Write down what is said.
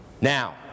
Now